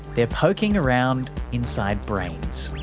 they're poking around inside brains.